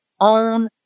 own